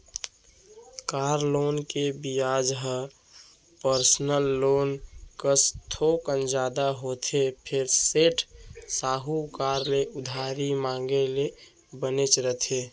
car loan के बियाज ह पर्सनल लोन कस थोकन जादा होथे फेर सेठ, साहूकार ले उधारी मांगे ले बनेच रथे